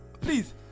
please